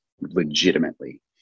legitimately